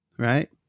Right